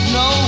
no